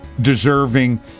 deserving